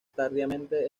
tardíamente